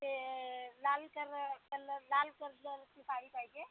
ते लाल करल कलर लाल कलरची साडी पाहिजे